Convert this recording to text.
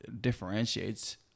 differentiates